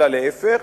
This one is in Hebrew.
אלא להיפך,